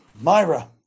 Myra